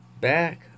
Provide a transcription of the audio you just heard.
back